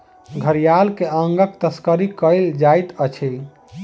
घड़ियाल के अंगक तस्करी कयल जाइत अछि